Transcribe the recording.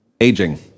aging